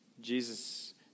Jesus